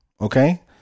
okay